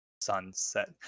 sunset